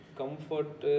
comfort